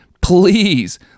Please